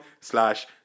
slash